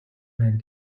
байна